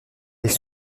les